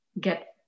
get